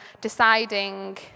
deciding